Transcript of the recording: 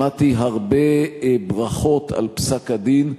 שמעתי הרבה ברכות על פסק-הדין.